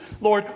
Lord